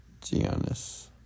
Giannis